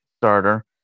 starter